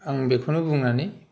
आं बेखौनो बुंनानै